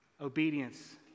obedience